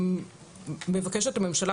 מבקשת הממשלה,